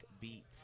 beats